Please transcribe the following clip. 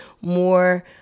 more